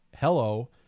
hello